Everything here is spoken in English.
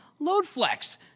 Loadflex